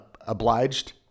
obliged